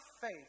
faith